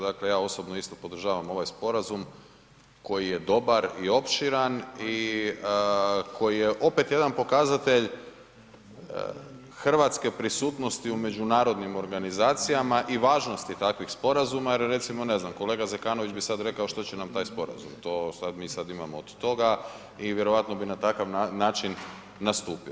Dakle ja osobno isto podržavam ovaj sporazum koji je dobar i opširan i koji je opet jedan pokazatelj hrvatske prisutnosti u međunarodnim organizacijama i važnosti takvih sporazuma jer recimo ne znam, kolega Zekanović bi sada rekao što će nam taj sporazum, što mi sada imamo od toga i vjerojatno bi na takav način nastupio.